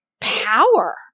power